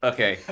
Okay